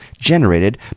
generated